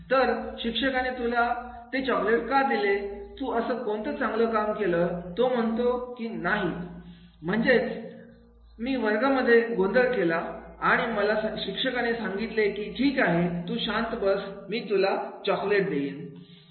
तर शिक्षकाने तुला ते चॉकलेट का दिले तू असं कोणतं चांगलं काम केलं तो म्हणतो काही नाही म्हणजेच मी वर्ग मध्ये गोंधळ केला आणि शिक्षकाने मला सांगितले की ठीक आहे तू शांत बस मी तुला चॉकलेट देईन